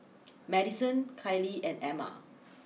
Madyson Kiley and Amma